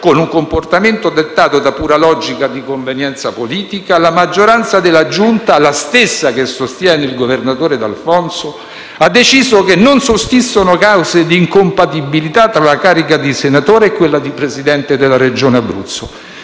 con un comportamento dettato da pura logica di convenienza politica, la maggioranza della Giunta, la stessa che sostiene il governatore D'Alfonso, ha deciso che non sussistono cause di incompatibilità tra la carica di senatore e quella di Presidente della Regione Abruzzo.